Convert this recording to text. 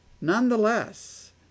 nonetheless